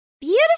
beautiful